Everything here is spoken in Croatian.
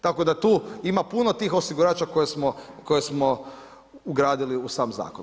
Tako da tu ima puno tih osigurača koje smo ugradili u sam zakon.